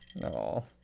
No